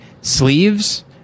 sleeves